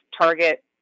target